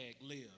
live